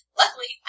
Luckily